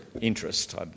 interest